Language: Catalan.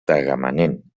tagamanent